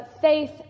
faith